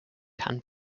can